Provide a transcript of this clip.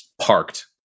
parked